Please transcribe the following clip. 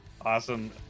awesome